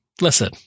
listen